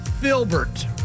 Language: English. filbert